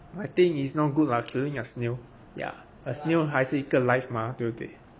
I think it's not good lah killing a snail yeah the snail 还是一个 life 嘛对不对